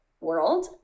world